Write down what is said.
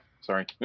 sorry